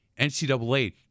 NCAA